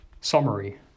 Summary